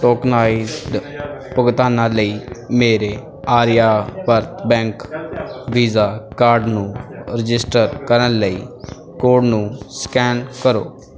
tokenized ਭੁਗਤਾਨਾਂ ਲਈ ਮੇਰੇ ਆਰਿਆਵਰਤ ਬੈਂਕ ਵੀਜ਼ਾ ਕਾਰਡ ਨੂੰ ਰਜਿਸਟਰ ਕਰਨ ਲਈ ਕੋਡ ਨੂੰ ਸਕੈਨ ਕਰੋ